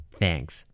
thanks